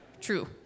True